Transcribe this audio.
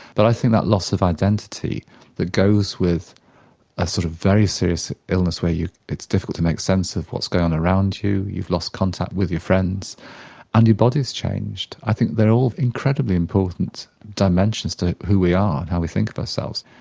but i think that loss of identity that goes with a sort of very serious illness where it's difficult to make sense of what's going on around you, you've lost contact with your friends and your body has changed i think they're all incredibly important dimensions to who we are, how we think of ourselves.